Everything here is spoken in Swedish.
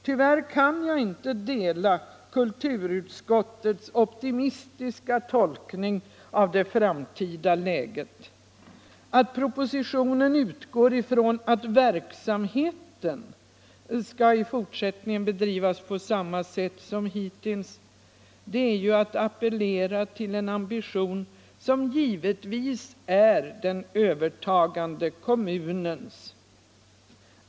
Tyvärr kan jag inte dela kulturutskottets optimistiska tolkning av det framtida läget. Att oppositionen utgår från att verksamheten i fortsättningen skall bedrivas på samma sätt som hittills är ju att appellera till en ambition som givetvis är den övertagande kommunens.